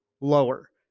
lower